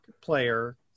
player